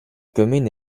commune